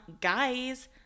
guys